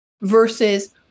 versus